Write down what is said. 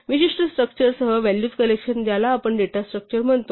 विशिष्ट स्ट्रक्चर सह values collection ज्याला आपण डेटा स्ट्रक्चर म्हणतो